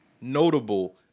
notable